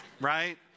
right